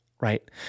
right